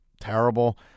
terrible